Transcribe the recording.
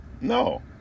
No